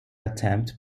attempt